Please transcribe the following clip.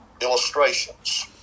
illustrations